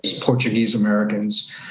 Portuguese-Americans